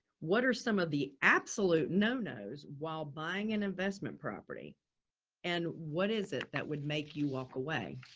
what are some of the absolute no-nos while buying an investment property and what is it that would make you walk away?